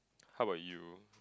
how about you